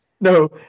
No